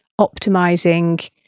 optimizing